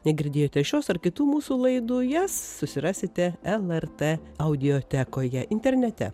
negirdėjote šios ar kitų mūsų laidų jas susirasite lrt audiotekoje internete